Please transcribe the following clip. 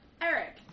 Eric